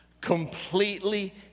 completely